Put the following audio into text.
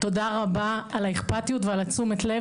תודה רבה על האכפתיות ועל תשומת הלב.